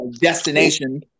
destination